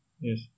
yes